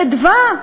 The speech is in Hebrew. בחדווה,